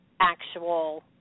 actual